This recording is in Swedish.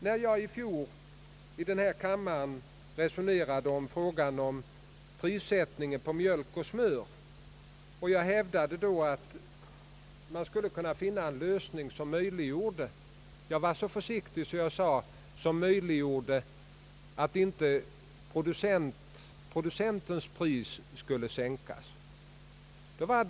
När jag i fjol i den här kammaren resonerade om prissättningen på mjölk och smör, var jag så försiktig att jag sade att man borde kunna finna en lösning som möjliggjorde att inte producentens pris skulle sänkas.